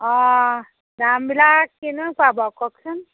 অ দামবিলাক কেনেকুৱা বাৰু কওকচোন